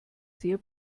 sehr